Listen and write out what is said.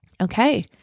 Okay